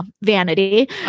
vanity